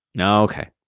Okay